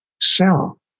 cell